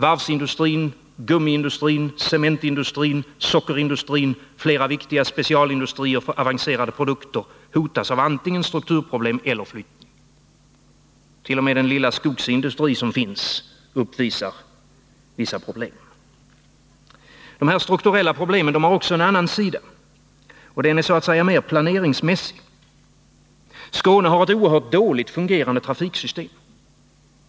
Varvsindustrin, gummiindustrin, cementindustrin, sockerindustrin, flera viktiga specialindustrier för avancerade produkter hotas av antingen strukturproblem eller flyttning. T.o.m. den lilla skogsindustri som finns har sina problem. De strukturella problemen har också en annan sida. Den är så att säga mer planeringsmässig. Skåne har ett oerhört dåligt fungerande trafiksystem.